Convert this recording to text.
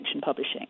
publishing